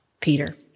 Peter